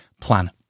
plan